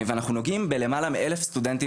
ואנחנו נוגעים בלמעלה מאלף סטודנטים